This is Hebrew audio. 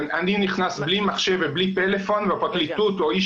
אני נכנס בלי מחשב ובלי טלפון והפרקליטות או איש